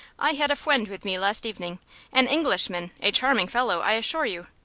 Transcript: i had a fwiend with me last evening an englishman a charming fellow, i assure you.